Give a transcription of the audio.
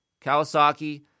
Kawasaki